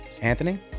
Anthony